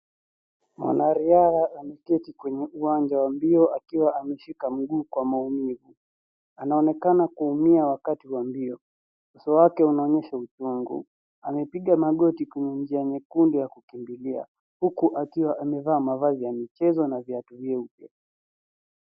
Mwanariadha ameketi kwenye uwanja wa mbio akiwa ameshika mguu kwa maumivu. Anaonekana kuumia wakati wa mbio. Uso wake unaonyesha uchungu. Amepiga magoti kwenye njia nyekundu ya kukimbilia huku akiwa amevaa mavazi ya michezo na viatu vipya.